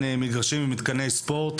מגרשים ומתקני ספורט.